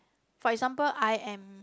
for example I am